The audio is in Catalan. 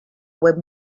web